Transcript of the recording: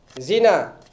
zina